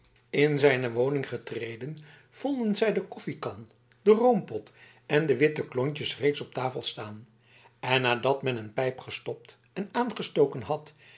in zijne woning getreden vonden zij de koffiekan den roompot en de witte klontjes reeds op tafel staan en nadat men een pijp gestopt en aangestoken had